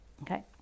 Okay